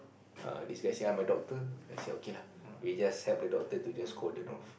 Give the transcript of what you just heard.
err this guy say I'm a doctor I say okay lah we just help the doctor to just cordon off